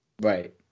Right